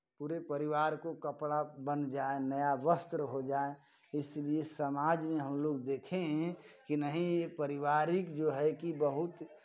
पूरे परिवार को कपड़ा बन जाए नया वस्त्र हो जाए इसलिए समाज में हमलोग देखें हैं कि नहीं ये पारिवारिक जो है कि बहुत